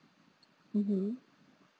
mmhmm